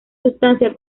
sustancia